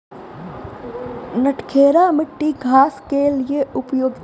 नटखेरा मिट्टी घास के लिए उपयुक्त?